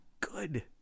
good